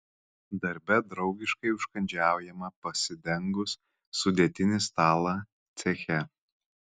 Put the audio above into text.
darbe draugiškai užkandžiaujama pasidengus sudėtinį stalą ceche